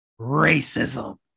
Racism